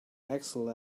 excel